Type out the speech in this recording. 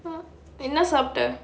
என்னா சாப்பிட:enna saappitta